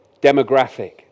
demographic